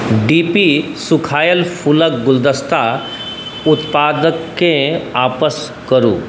D P सूखायल फूलक गुलदस्ता उत्पादकेँ आपस करू